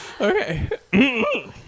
Okay